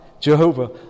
Jehovah